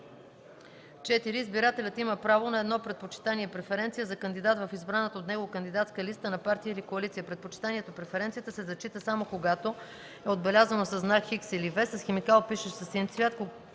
(4) Избирателят има право на едно предпочитание (преференция) за кандидат в избраната от него кандидатска листа на партия или коалиция. Предпочитанието (преференцията) се зачита само когато е отбелязано със знак „Х” или „V”, с химикал, пишещ със син цвят,